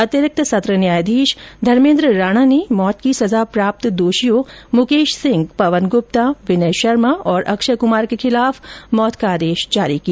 अतिरिक्त सत्र न्यायाधीश धर्मेन्द्र राणा ने मौत की सजा प्राप्त दोषियों मुकेश सिंह पवन गुप्ता विनय शर्मा और अक्षय कुमार के खिलाफ मौत का आदेश जारी किया